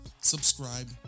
subscribe